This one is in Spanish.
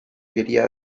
quería